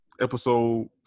episode